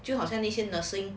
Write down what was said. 就好像那些 nursing